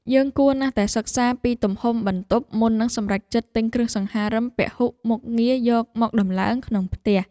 យើងគួរណាស់តែសិក្សាពីទំហំបន្ទប់មុននឹងសម្រេចចិត្តទិញគ្រឿងសង្ហារិមពហុមុខងារយកមកដំឡើងក្នុងផ្ទះ។